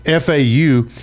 FAU